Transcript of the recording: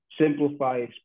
simplify